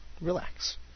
Relax